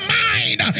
mind